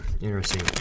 Interesting